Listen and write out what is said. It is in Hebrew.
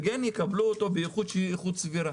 באיכות סבירה.